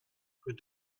rue